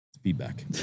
feedback